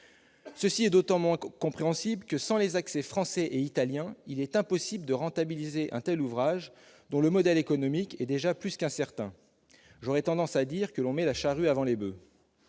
Cela est d'autant moins compréhensible que, sans les accès français et italiens, il est impossible de rentabiliser un tel ouvrage dont le modèle économique est déjà plus qu'incertain. J'aurais tendance à dire que l'on met la charrue avant les boeufs.